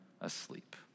asleep